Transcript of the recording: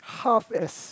half as